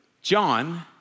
John